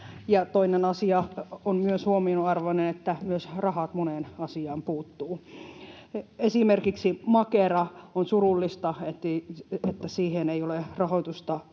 Huomionarvoinen on myös toinen asia, että myös rahat moneen asiaan puuttuvat. Esimerkiksi Makera: On surullista, että siihen ei ole rahoitusta